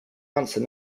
answer